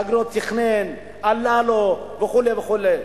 יגידו לנו: הוא תכנן, עלה לו, וכו' וכו'.